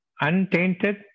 untainted